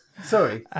Sorry